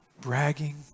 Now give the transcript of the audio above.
bragging